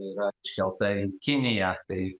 yra iškelta į kiniją tai